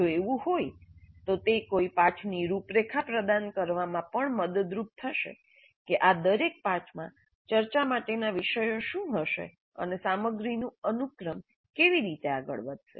જો તેવું હોય તો તે કોઈ પાઠની રૂપરેખા પ્રદાન કરવામાં પણ મદદરૂપ થશે કે આ દરેક પાઠમાં ચર્ચા માટેના વિષયો શું હશે અને સામગ્રીનું અનુક્રમ કેવી રીતે આગળ વધશે